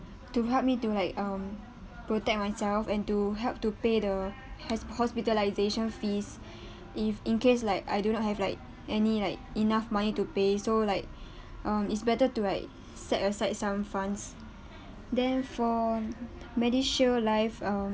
to help me do like um protect myself and to help to pay the has~ hospitalisation fees if in case like I do not have like any like enough money to pay so like um it's better to like set aside some funds then for medisure life um